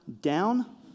down